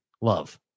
Love